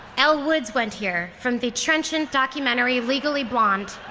elle woods went here, from the trenchant documentary legally blonde